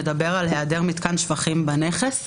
מדברת על היעדר מתקן שפכים בנכס,